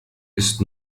ist